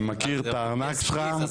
אני מכיר את הארנק שלך.